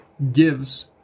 gives